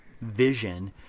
vision